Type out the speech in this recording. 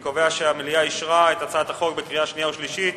אני קובע שהמליאה אישרה את הצעת החוק בקריאה שנייה ושלישית.